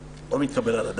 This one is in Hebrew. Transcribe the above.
זה לא מתקבל על הדעת.